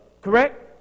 Correct